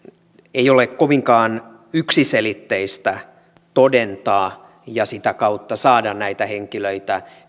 ei ole kovinkaan yksiselitteistä todentaa ja sitä kautta saada näitä henkilöitä